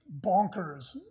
bonkers